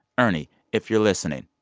ernie, if you're listening,